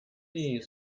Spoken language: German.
die